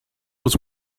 was